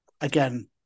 Again